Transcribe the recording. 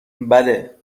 بله